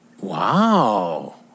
Wow